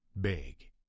Big